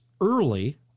early